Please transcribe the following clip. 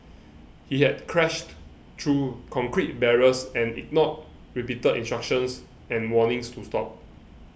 he had crashed through concrete barriers and ignored repeated instructions and warnings to stop